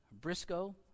Briscoe